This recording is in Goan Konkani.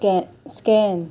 स्कॅ स्कॅन